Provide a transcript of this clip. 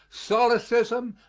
solecism,